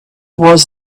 was